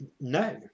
No